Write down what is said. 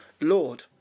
Lord